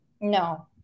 No